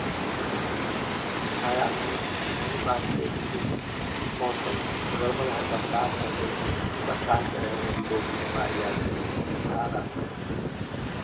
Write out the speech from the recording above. हाँ छाया में नहीं बांधते जैसे मौसम गड़बड़ है बरसात हो गयी बरसात में रहेंगे तो भी बीमारी आ जायेगी बुखार आ जाएगा